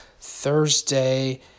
Thursday